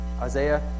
Isaiah